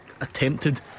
attempted